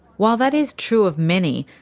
while that is true of many,